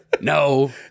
No